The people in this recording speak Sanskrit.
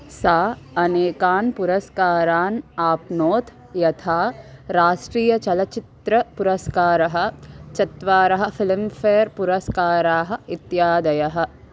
सा अनेकान् पुरस्कारान् आप्नोत् यथा राष्ट्रीयचलच्चित्रपुरस्कारः चत्वारः फ़िलं फ़ेर् पुरस्काराः इत्यादयः